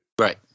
right